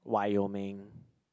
Wyoming